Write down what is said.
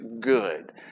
good